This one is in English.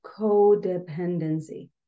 codependency